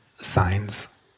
signs